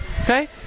Okay